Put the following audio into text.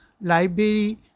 library